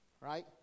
right